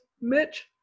Mitch